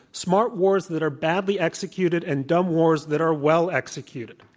smart wars that are badly executed and dumb wars that are well executed.